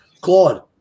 Claude